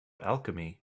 alchemy